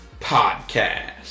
Podcast